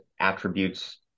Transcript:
attributes